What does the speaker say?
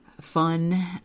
fun